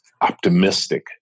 optimistic